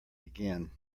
again